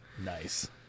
Nice